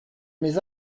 mes